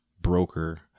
broker